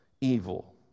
evil